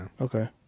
Okay